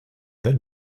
that